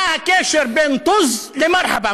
מה הקשר בין טוז למרחבא?